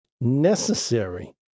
necessary